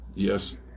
Yes